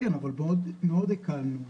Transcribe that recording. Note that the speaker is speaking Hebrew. אבל הקלנו מאוד.